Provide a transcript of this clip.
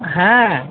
হ্যাঁ